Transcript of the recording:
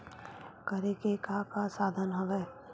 करे के का का साधन हवय?